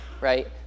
right